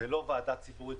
ולא ועדה ציבורית,